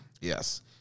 yes